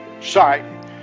site